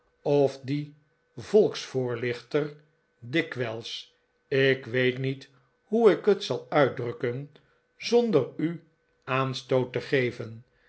of die volksvoorlichter dikwijls ik weet niet hoe ik het zal uitdrukken zonder u aanstoot te geven